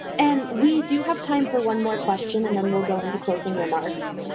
and we do have time for one more question and then we'll go into closing remarks.